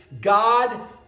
God